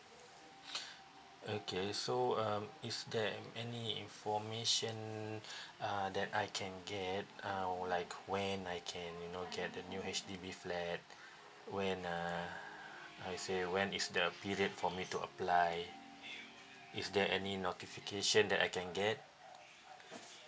okay so um is there any information uh that I can get uh or like when I can you know get a new H_D_B flat when uh I say when is the period for me to apply is there any notification that I can get